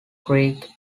creek